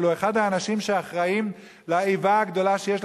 אבל הוא אחד האנשים שאחראים לאיבה הגדולה שיש אל